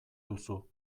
duzu